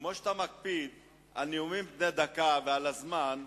כמו שאתה מקפיד על נאומים בני דקה ועל הזמן,